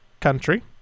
country